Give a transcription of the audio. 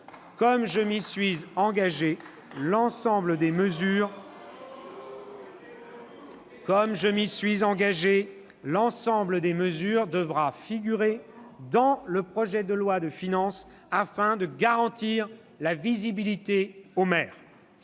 Comme je m'y suis engagé, l'ensemble des mesures devra figurer dans le projet de loi de finances afin de garantir la visibilité aux maires.